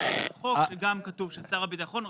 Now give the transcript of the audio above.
שגם בו כתוב ששר הביטחון רשאי,